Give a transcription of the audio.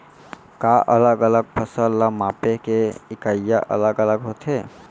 का अलग अलग फसल ला मापे के इकाइयां अलग अलग होथे?